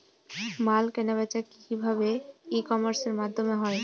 মাল কেনাবেচা কি ভাবে ই কমার্সের মাধ্যমে হয়?